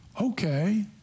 okay